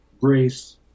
grace